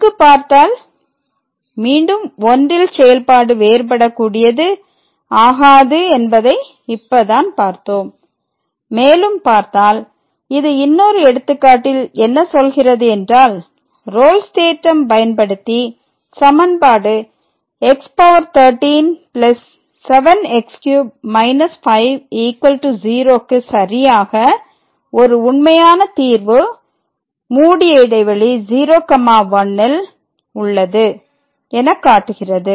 இங்கு பார்த்தால் மீண்டும் 1ல் செயல்பாடு வேறுபடக்கூடியது ஆகாது என்பதை இப்பதான் பார்த்தோம் மேலும் பார்த்தால் இது இன்னொரு எடுத்துக்காட்டில் என்ன சொல்கிறது என்றால் ரோல்ஸ் தேற்றம் பயன்படுத்தி சமன்பாடு x13 7 x3 5 0 க்கு சரியாக ஒரு உண்மையான தீர்வு 01 ல் உள்ளது என காட்டுகிறது